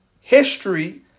history